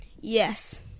yes